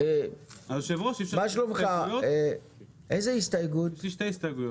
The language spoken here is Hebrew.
יש לי שתי הסתייגויות.